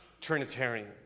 Trinitarian